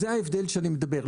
זה ההבדל שאני מדבר עליו.